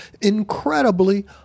incredibly